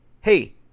Hey